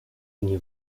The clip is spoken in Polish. dni